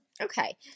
okay